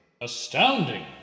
Astounding